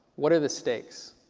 what are the stakes?